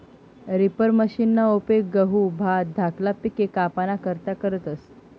reaper मशिनना उपेग गहू, भात धाकला पिके कापाना करता करतस